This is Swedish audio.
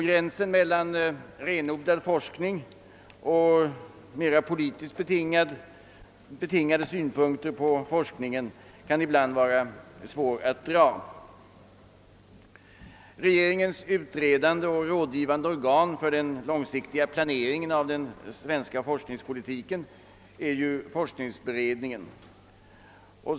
Gränsen mellan renodlad forskning och mera politiskt betingade synpunkter på forskningen kan också ibland vara svår att dra. Regeringens utredande och rådgivande organ för den långsiktiga planeringen av den svenska forskningspolitiken är ju forskningsberedningen.